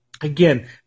Again